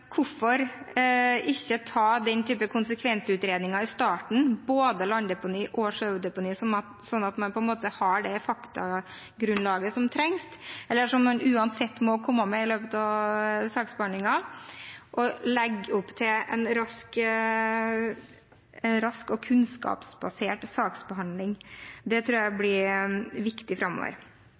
hvorfor ikke ta denne type konsekvensutredninger i starten, om både landdeponi og sjødeponi, sånn at man har det faktagrunnlaget som trengs, som man uansett må komme med i løpet av saksbehandlingen, og legge opp til en rask og kunnskapsbasert saksbehandling? Dette blir viktig framover.